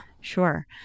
Sure